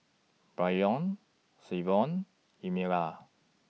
Braylon Savon Emelia